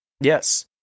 Yes